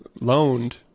loaned